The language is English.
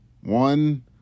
One